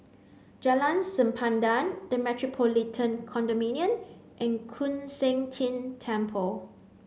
Jalan Sempadan the Metropolitan Condominium and Koon Seng Ting Temple